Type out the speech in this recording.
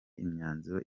imyanzuro